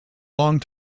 long